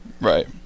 Right